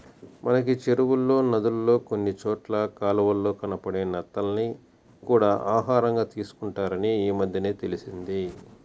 మనకి చెరువుల్లో, నదుల్లో కొన్ని చోట్ల కాలవల్లో కనబడే నత్తల్ని కూడా ఆహారంగా తీసుకుంటారని ఈమద్దెనే తెలిసింది